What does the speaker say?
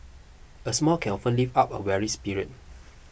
a smile can often lift up a weary spirit